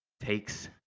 takes